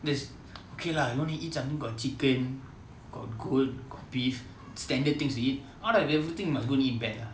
just okay lah you want to eat something got chicken got goat got beef standard things to eat out of everything must go and eat bat ah